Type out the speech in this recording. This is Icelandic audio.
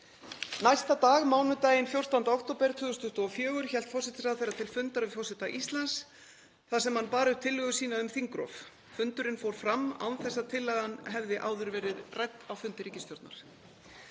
Næsta dag, mánudaginn 14. október 2024, hélt forsætisráðherra til fundar við forseta Íslands þar sem hann bar upp tillögu sína um þingrof. Fundurinn fór fram án þess að tillagan hefði áður verið rædd á fundi ríkisstjórnar.